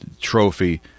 trophy